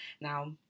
Now